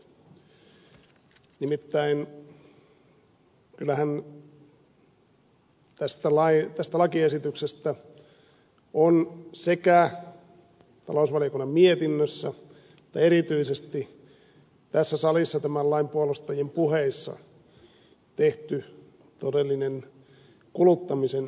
nimittäin kyllähän tästä lakiesityksestä on sekä talousvaliokunnan mietinnössä että erityisesti tässä salissa tämän lain puolustajien puheissa tehty todellinen kuluttamisen ylistyslaulu